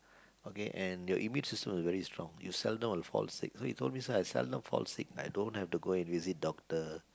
okay and your immune system will be very strong you seldom will fall sick so he told me sir I seldom fall sick I don't have to visit doctor